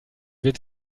wird